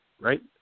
Right